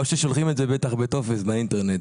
או ששולחים את זה בטופס באינטרנט.